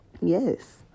yes